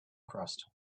crust